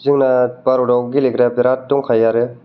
जोंना भारताव गेलेग्राया बेराद दंखायो आरो